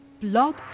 blog